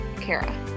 Kara